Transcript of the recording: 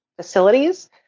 facilities